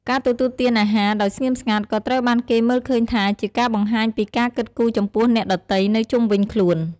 ការទទួលទានអាហារដោយស្ងៀមស្ងាត់ក៏ត្រូវបានគេមើលឃើញថាជាការបង្ហាញពីការគិតគូរចំពោះអ្នកដទៃនៅជុំវិញខ្លួន។